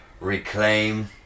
reclaim